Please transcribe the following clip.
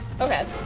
Okay